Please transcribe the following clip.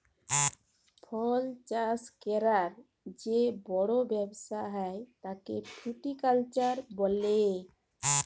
ফল চাষ ক্যরার যে বড় ব্যবসা হ্যয় তাকে ফ্রুটিকালচার বলে